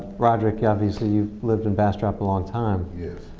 rodrick, obviously you've lived in bastrop a long time. yes.